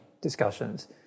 discussions